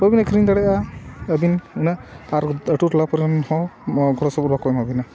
ᱵᱟᱵᱤᱱ ᱟᱹᱠᱷᱨᱤᱧ ᱫᱟᱲᱮᱭᱟᱜᱼᱟ ᱟᱹᱵᱤᱱ ᱚᱱᱟ ᱟᱨ ᱟᱛᱳ ᱴᱚᱞᱟ ᱠᱚᱨᱮᱱ ᱦᱚᱸ ᱜᱚᱲᱚᱥᱚᱯᱲᱚ ᱠᱚ ᱮᱢᱟ ᱵᱤᱱᱟ